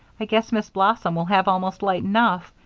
i guess miss blossom will have almost light enough.